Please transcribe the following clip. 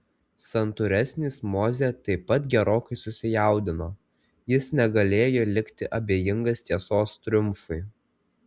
santūresnis mozė taip pat gerokai susijaudino jis negalėjo likti abejingas tiesos triumfui